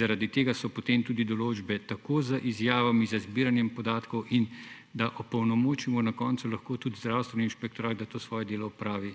Zaradi tega so potem tudi določbe, tako z izjavami, z zbiranjem podatkov in da opolnomočimo na koncu lahko tudi Zdravstveni inšpektorat, da to svoje delo opravi.